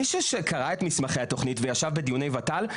מי שקרא את מסמכי התוכנית וישב בדיוני ות"ל,